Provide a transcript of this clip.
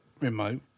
remote